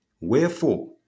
Wherefore